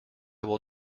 will